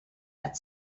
that